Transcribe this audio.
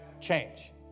Change